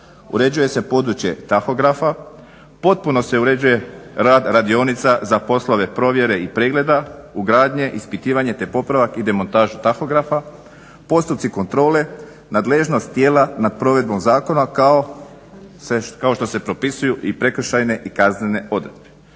Uređuje se područje tahografa, potpuno se uređuje rad radionica za poslove provjere i pregleda, ugradnje, ispitivanje, te popravak i demontaža tahografa, postupci kontrole, nadležnost tijela nad provedbom zakona kao što se propisuju i prekršajne i kaznene odredbe.